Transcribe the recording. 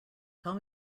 tell